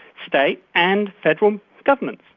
state and federal governments.